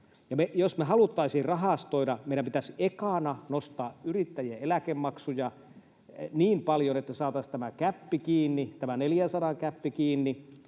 Jos me haluttaisiin rahastoida, meidän pitäisi ekana nostaa yrittäjien eläkemaksuja niin paljon, että saataisiin tämä gäppi kiinni,